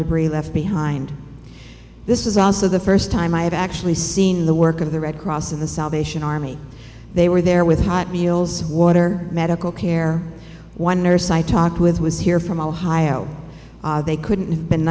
debris left behind this is also the first time i have actually seen the work of the red cross of the salvation army they were there with hot meals water medical care one nurse i talked with was here from ohio they couldn't have been